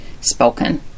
spoken